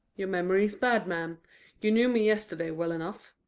your memory is bad, ma'am you knew me yesterday well enough.